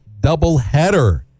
doubleheader